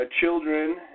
children